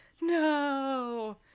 no